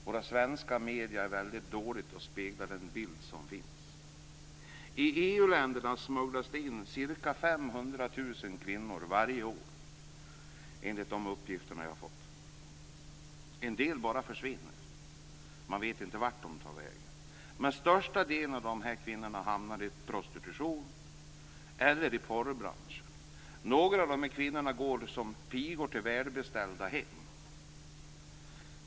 Våra svenska medier är väldigt dåliga på att spegla den bild som finns. I EU-länderna smugglas det in ca 500 000 kvinnor varje år, enligt de uppgifter som jag har fått. En del bara försvinner, och man vet inte vart de tar vägen. Men den största delen av dessa kvinnor hamnar i prostitution eller i porrbranschen. Några av kvinnorna jobbar som pigor i välbeställda hem.